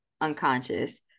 unconscious